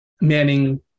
Manning